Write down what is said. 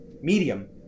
medium